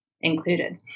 included